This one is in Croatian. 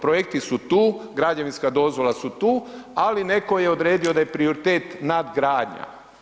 Projekti su tu, građevinska dozvola je tu ali netko je odredio da je prioritet nadgradnja.